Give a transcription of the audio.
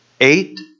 eight